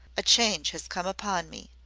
a change has come upon me.